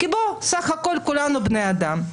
כי בואו, בסך הכול כולנו בני אדם.